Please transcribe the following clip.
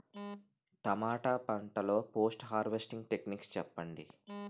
టమాటా పంట లొ post harvesting techniques చెప్పండి?